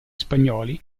spagnoli